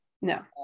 no